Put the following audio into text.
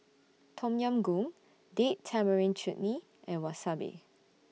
Tom Yam Goong Date Tamarind Chutney and Wasabi